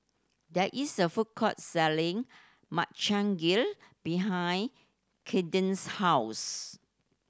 there is a food court selling Makchang Gui behind Kayden's house